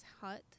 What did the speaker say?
Hut